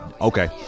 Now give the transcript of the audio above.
Okay